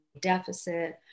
deficit